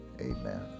Amen